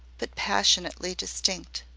but passionately distinct.